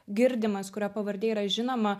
girdimas kurio pavardė yra žinoma